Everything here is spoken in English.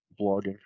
blogging